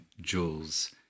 jewels